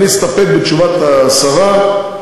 אני אסתפק בתשובת השרה,